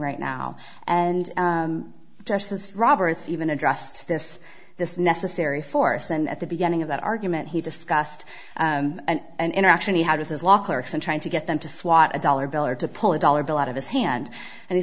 right now and justice roberts even addressed this this necessary force and at the beginning of that argument he discussed and actually how does his law clerks and trying to get them to swat a dollar bill or to pull a dollar bill out of his hand and he